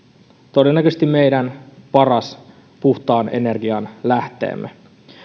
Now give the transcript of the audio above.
todennäköisesti meidän paras puhtaan energian lähteemme